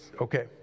okay